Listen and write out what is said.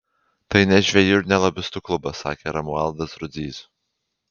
tai ne žvejų ir ne lobistų klubas sakė romualdas rudzys